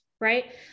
right